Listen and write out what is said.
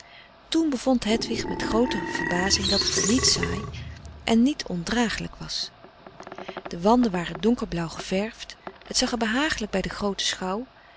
toen bevond hedwig met groote verbazing dat het er niet saai en niet ondragelijk frederik van eeden van de koele meren des doods was de wanden waren donker blauw geverfd het zag behagelijk bij de groote schouw